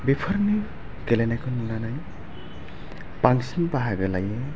बेफोरनि गेलेनायखौ नुनानै बांसिन बाहागो लायो